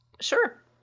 Sure